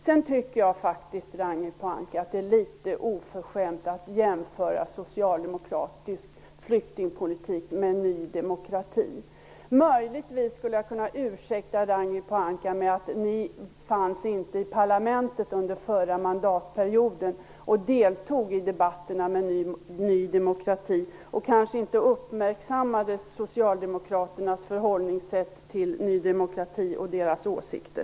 Sedan tycker jag faktiskt, Ragnhild Pohanka, att det är litet oförskämt att jämföra socialdemokratisk flyktingpolitik med Ny demokratis. Möjligtvis skulle jag kunna ursäkta Ragnhild Pohanka, eftersom Miljöpartiet inte var representerat i parlamentet under förra mandatperioden och alltså inte deltog i debatterna med Ny demokrati. Kanske uppmärksammades därför inte Socialdemokraternas sätt att förhålla sig till Ny demokrati och dess åsikter.